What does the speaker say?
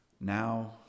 now